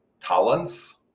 Collins